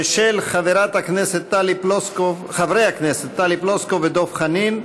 של חברי הכנסת טלי פלוסקוב ודב חנין.